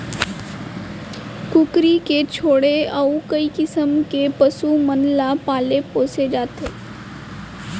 कुकरी के छोड़े अउ कई किसम के पसु मन ल पाले पोसे जाथे